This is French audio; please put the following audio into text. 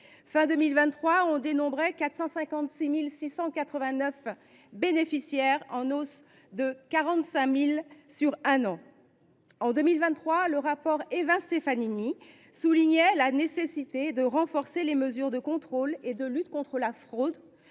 Fin 2023, on dénombrait 456 689 bénéficiaires, en hausse de 45 000 sur un an. En 2023, le rapport Évin Stefanini soulignait la nécessité de renforcer les mesures de contrôle et de lutte contre la fraude,